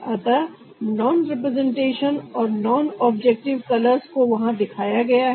अतः non representation और non objective colours को वहां दिखाया गया है